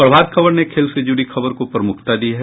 प्रभात खबर ने खेल से जुड़ी खबर को प्रमुखता दी है